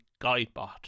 Guidebot